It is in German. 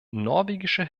norwegische